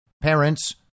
parents